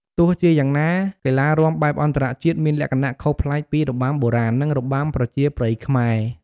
ទោះជាយ៉ាងណា កីឡារាំបែបអន្តរជាតិមានលក្ខណៈខុសប្លែកពីរបាំបុរាណ និងរបាំប្រជាប្រិយខ្មែរ។